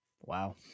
wow